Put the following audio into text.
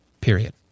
period